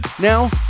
Now